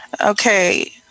okay